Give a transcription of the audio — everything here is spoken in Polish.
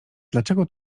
dlaczego